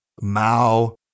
Mao